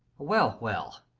well, well.